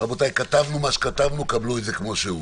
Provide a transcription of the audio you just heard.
רבותיי, כתבנו מה שכתבנו, קבלו את זה כמו שהוא.